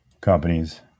companies